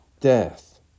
death